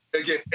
Again